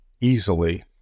easily